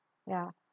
ya